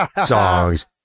songs